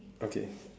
okay